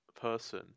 person